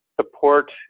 support